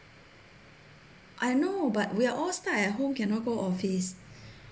I know but we're all stuck at home cannot go office